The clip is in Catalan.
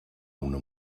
una